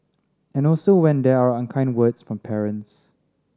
and also when there are unkind words from parents